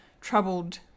troubled